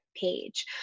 page